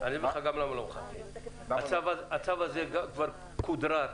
הצו הזה כבר כודרר,